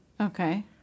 Okay